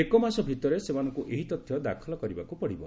ଏକମାସ ଭିତରେ ସେମାନଙ୍କୁ ଏହି ତଥ୍ୟ ଦାଖଲ କରିବାକୁ ପଡିବ